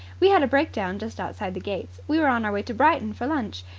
we had a breakdown just outside the gates. we were on our way to brighton for lunch.